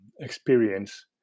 experience